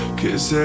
cause